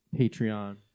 Patreon